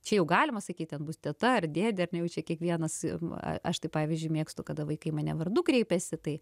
čia jau galima sakyti ten bus teta ar dėdė ar ne jau čia kiekvienas aš tai pavyzdžiui mėgstu kada vaikai mane vardu kreipėsi tai